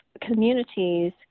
communities